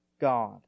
God